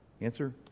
Answer